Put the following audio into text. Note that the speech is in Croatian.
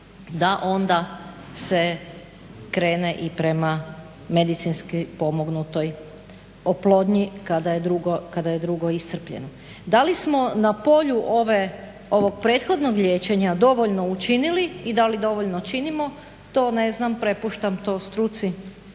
da onda se krene i prema medicinski pomognutoj oplodnji kada je drugo iscrpljeno. Da li smo na polju ovog prethodnog liječenja dovoljno učinili i da li dovoljno činimo. To ne znam, prepuštam to struci